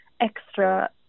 extra